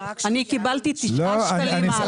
-- אני קיבלתי העלאה של תשעה שקלים.